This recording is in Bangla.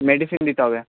মেডিসিন দিতে হবে